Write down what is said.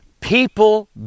people